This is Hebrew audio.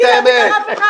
אתי לא דיבר אף אחד.